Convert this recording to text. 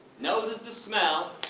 noses to smell,